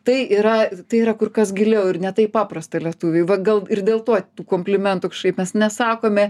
tai yra tai yra kur kas giliau ir ne taip paprasta lietuviui va gal ir dėl to tų komplimentų kažkaip mes nesakome